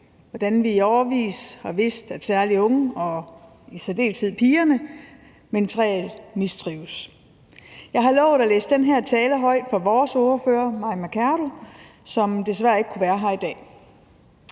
hvordan vi i årevis har vidst, at særlig unge og i særdeleshed pigerne mentalt mistrives. Jeg har lovet vores ordfører, Mai Mercado, som desværre ikke kunne være her i dag,